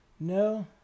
no